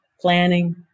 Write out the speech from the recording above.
planning